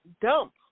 dump